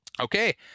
Okay